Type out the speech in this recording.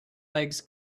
legs